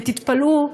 ותתפלאו,